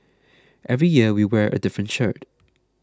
every year we wear a different shirt